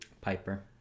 Piper